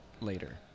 later